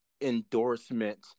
endorsement